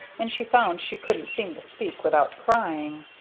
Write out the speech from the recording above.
and she found she couldn't seem to speak without crying.